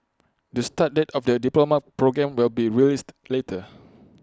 the start date of the diploma programme will be released later